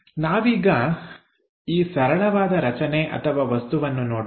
ನಾವೀಗ ಈ ಸರಳವಾದ ರಚನೆ ಅಥವಾ ವಸ್ತುವನ್ನು ನೋಡೋಣ